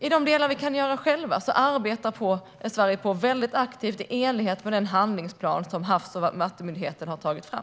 I de delar vi kan göra själva arbetar Sverige aktivt i enlighet med den handlingsplan som Havs och vattenmyndigheten har tagit fram.